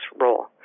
role